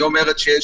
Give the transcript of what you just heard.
היא אומרת שיש